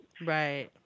Right